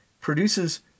produces